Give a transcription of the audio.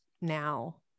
now